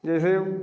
जैसे